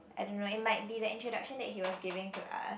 I don't know it might be the introduction that he was giving to us